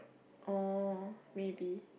oh maybe